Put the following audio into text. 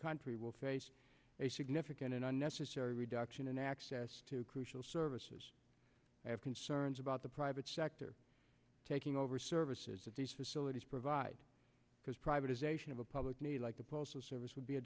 country will face a significant and unnecessary reduction in access to crucial services i have concerns about the private sector taking over services that these facilities provide because privatization of a public like the postal service would be a